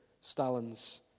Stalin's